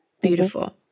Beautiful